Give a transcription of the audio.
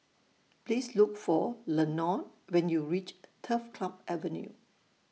Please Look For Lenord when YOU REACH Turf Club Avenue